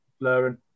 blurring